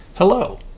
Hello